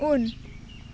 उन